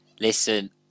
Listen